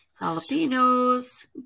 Jalapenos